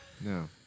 no